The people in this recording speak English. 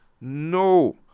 No